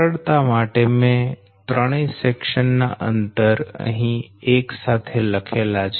સરળતા માટે મેં ત્રણેય સેકશન ના અંતર અહી એક સાથે લખેલા છે